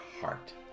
heart